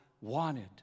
wanted